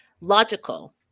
Logical